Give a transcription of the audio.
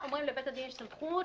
אומרים: לבית הדין יש סמכות